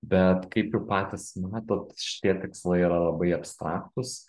bet kaip jau patys matot šitie tikslai yra labai abstraktūs